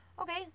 okay